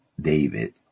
David